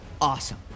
Awesome